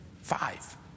Five